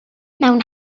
mewn